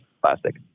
plastic